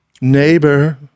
neighbor